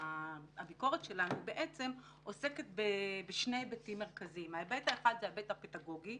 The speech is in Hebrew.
הביקורת שלנו עוסקת בשני היבטים מרכזיים: היבט אחד הוא ההיבט הפדגוגי,